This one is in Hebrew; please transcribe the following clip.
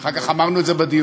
אחר כך אמרנו את זה בדיונים: